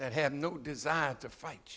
that have no desire to fight